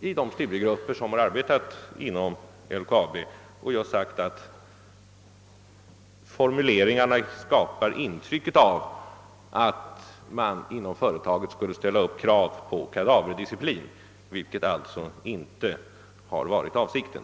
i de studiegrupper som arbetat inom LKAB. Där har man nämligen just sagt att formuleringarna skapar intrycket att företaget skulle ställa upp krav på kadaverdisciplin, vilket alltså inte har varit avsikten.